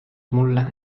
mulle